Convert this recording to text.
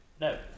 No